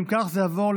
התשפ"ב 2022,